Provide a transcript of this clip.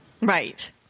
Right